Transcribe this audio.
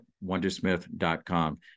wondersmith.com